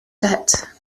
debt